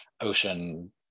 ocean